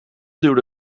duwde